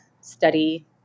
study